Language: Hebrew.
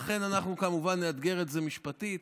לכן אנחנו כמובן נאתגר את זה משפטית.